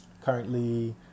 Currently